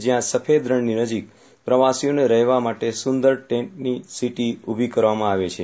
જ્યાં સફેદરણની નજીક પ્રવાસીઓને રહેવા માટે સુંદર ટેન્ટ સીટી ઊભી કરવામાં આવે છે